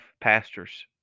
pastors